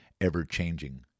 ever-changing